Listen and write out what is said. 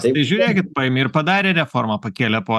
tai žiūrėkit paėmė ir padarė reformą pakėlė po